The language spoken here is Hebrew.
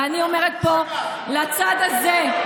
ואני אומרת פה לצד הזה,